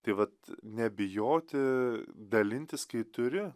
tai vat nebijoti dalintis kai turi